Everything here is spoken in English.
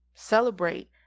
celebrate